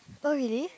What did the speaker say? oh really